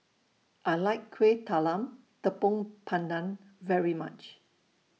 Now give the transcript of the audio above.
I like Kuih Talam Tepong Pandan very much